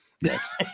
Yes